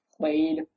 played